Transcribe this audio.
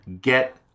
get